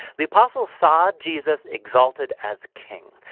the apostle saw jesus exalted as king.